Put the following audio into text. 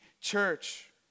church